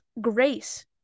grace